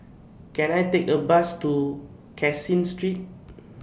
Can I Take A Bus to Caseen Street